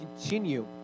continue